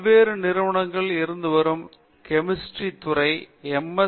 பல்வேறு நிறுவனங்களில் இருந்து வரும் கெமிஸ்ட்ரி துறை M